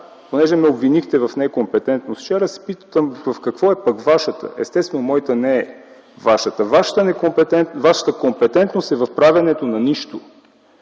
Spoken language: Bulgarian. понеже ме обвинихте в некомпетентност, се питам: в какво пък е Вашата? Естествено, моята не е. Вашата компетентност е в правенето на нищо